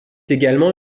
également